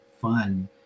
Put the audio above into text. fun